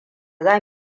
za